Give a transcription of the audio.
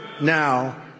now